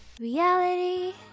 Reality